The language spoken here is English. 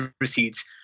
receipts